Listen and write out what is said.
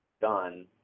done